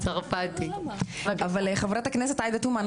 אבל חברת הכנסת עאידה תומא,